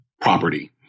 property